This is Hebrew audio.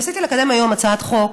ניסיתי לקדם היום הצעת חוק,